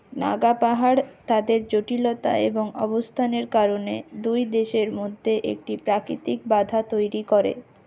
নাগা পাহাড় তাদের জটিলতা এবং অবস্থানের কারণে দুই দেশের মধ্যে একটি প্রাকৃতিক বাধা তৈরি করে